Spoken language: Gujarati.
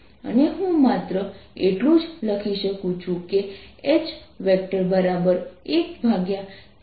અને હું માત્ર એટલું જ લખી શકું છું કે H 14πr33m